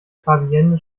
fabienne